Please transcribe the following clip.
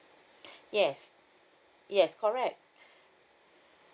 yes yes correct